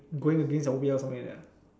going against your will or something like that